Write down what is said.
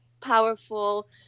powerful